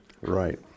right